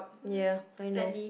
ya I know